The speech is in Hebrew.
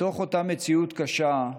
בתוך אותה מציאות חיים קשה,